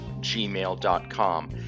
gmail.com